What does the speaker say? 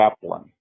chaplain